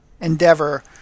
endeavor